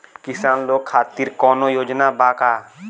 किसान लोग खातिर कौनों योजना बा का?